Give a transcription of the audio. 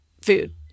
food